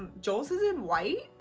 joel's is in white,